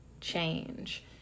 change